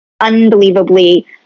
unbelievably